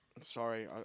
Sorry